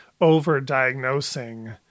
over-diagnosing